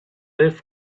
liv